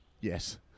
Yes